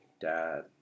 Dad